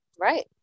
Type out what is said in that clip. Right